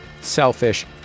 selfish